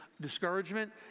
discouragement